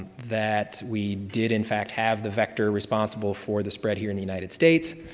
that we did in fact, have the vector responsible for the spread here in the united states,